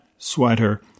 Sweater